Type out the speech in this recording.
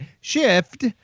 shift